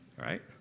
Right